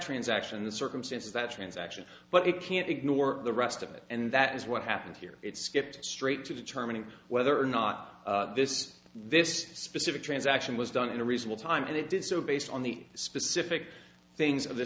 transaction the circumstances that transaction but it can't ignore the rest of it and that is what happened here it skipped straight to determining whether or not this this specific transaction was done in a reasonable time and it did so based on the specific things